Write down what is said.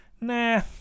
nah